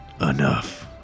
Enough